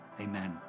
Amen